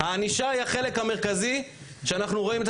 הענישה היא חלק מרכזי שאנחנו רואים את